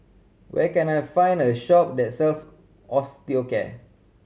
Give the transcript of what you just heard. where can I find a shop that sells Osteocare